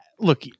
look